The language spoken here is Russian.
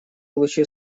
лучи